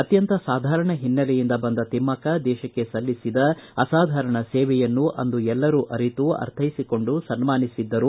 ಅತ್ಯಂತ ಸಾಧಾರಣ ಹಿನ್ನೆಲೆಯಿಂದ ಬಂದ ತಿಮ್ನಕ್ಷ ದೇಶಕ್ಕೆ ಸಲ್ಲಿಸಿದ ಅಸಾಧಾರಣ ಸೇವೆಯನ್ನು ಅಂದು ಎಲ್ಲರೂ ಅರಿತು ಅರ್ಥೈಸಿಕೊಂಡು ಸನ್ಮಾನಿಸಿದ್ದರು